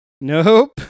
Nope